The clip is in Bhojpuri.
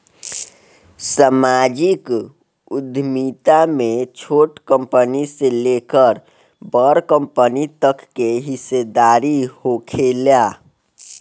सामाजिक उद्यमिता में छोट कंपनी से लेकर बड़ कंपनी तक के हिस्सादारी होखेला